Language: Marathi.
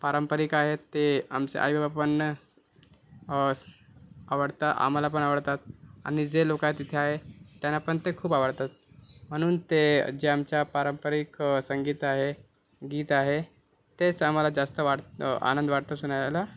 पारंपरिक आहेत ते आमचे आई बापांना स अस आवडता आम्हाला पण आवडतात आणि जे लोक आहे तिथे आहे त्यांना पण ते खूप आवडतात म्हणून ते जे आमच्या पारंपरिक संगीत आहे गीत आहे तेच आम्हाला जास्त वाट आनंद वाटतो सुनायला